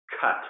Cut